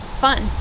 fun